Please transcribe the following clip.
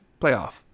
playoff